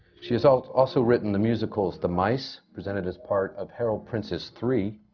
she has also also written the musicals, the mice, presented as part of harold prince's three